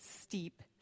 steep